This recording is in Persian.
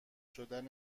شدن